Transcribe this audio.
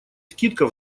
скидка